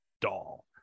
doll